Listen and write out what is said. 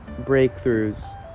breakthroughs